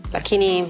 Lakini